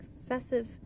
excessive